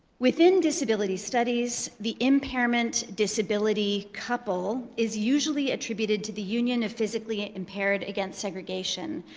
within disability studies, the impairment disability couple is usually attributed to the union of physically impaired against segregation.